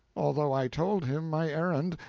although i told him my errand,